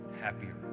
happier